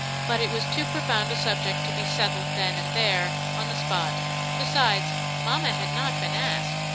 but it was too profound a subject to be settled then and there, on the spot besides, mama had not been asked,